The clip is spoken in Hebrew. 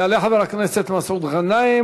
יעלה חבר הכנסת מסעוד גנאים,